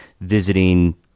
visiting